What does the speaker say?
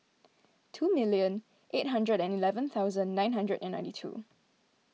two million eight hundred and eleven thousand nine hundred and ninety two